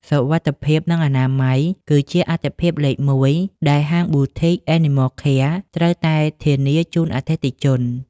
សុវត្ថិភាព និងអនាម័យគឺជាអាទិភាពលេខមួយដែលហាង Boutique Animal Care ត្រូវតែធានាជូនអតិថិជន។